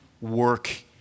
work